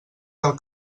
del